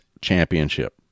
Championship